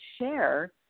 share